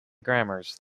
grammars